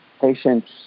patients